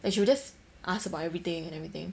like she'll just ask about everything and everything